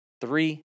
three